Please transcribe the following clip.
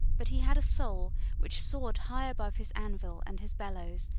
but he had a soul which soared high above his anvil and his bellows,